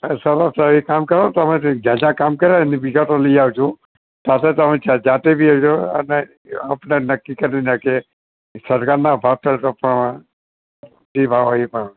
સરસ એક કામ કરો તમારે જ્યાં જ્યાં કામ કર્યાને બીજા તો લઈ આવજો થાસે ત્યાં જાતે બી અને નક્કી કરી ને કે સરકારના ભાગરૂપે પણ જે ભાવ હોય એ પ્રમાણે